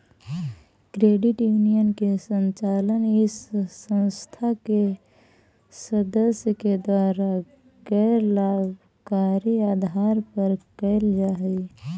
credit union के संचालन इस संस्था के सदस्य के द्वारा गैर लाभकारी आधार पर कैल जा हइ